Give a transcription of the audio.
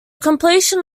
completion